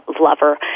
lover